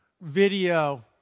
video